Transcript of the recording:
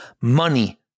money